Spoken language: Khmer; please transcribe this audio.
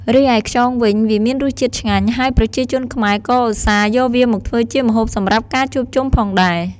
រីឯខ្យងវិញ វាមានរសជាតិឆ្ងាញ់ ហើយប្រជាជនខ្មែរក៏ឧស្សាហ៍យកវាមកធ្វើជាម្ហូបសម្រាប់ការជួបជុំដែរ។